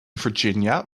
virginia